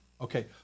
Okay